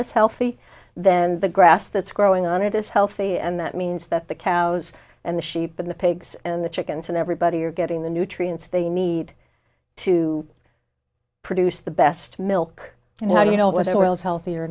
is healthy then the grass that's growing on it is healthy and that means that the cows and the sheep in the pigs and the chickens and everybody are getting the nutrients they need to produce the best milk you know how do you know as well as healthy or